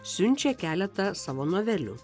siunčia keletą savo novelių